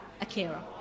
Akira